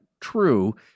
true